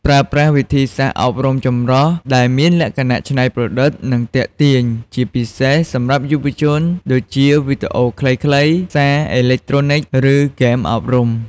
ប្រើប្រាស់ វិធីសាស្ត្រអប់រំចម្រុះ ដែលមានលក្ខណៈច្នៃប្រឌិត និងទាក់ទាញ ជាពិសេសសម្រាប់យុវជន ដូចជាវីដេអូខ្លីៗ សារអេឡិចត្រូនិច ឬហ្គេមអប់រំ។